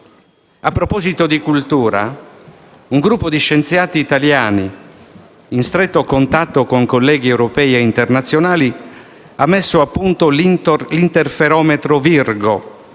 A proposito di cultura, un gruppo di scienziati italiani, in stretto contatto con colleghi europei e internazionali, ha messo a punto l'interferometro Virgo,